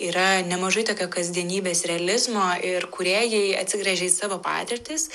yra nemažai tokio kasdienybės realizmo ir kūrėjai atsigręžė į savo patirtis